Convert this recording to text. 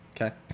Okay